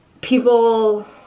people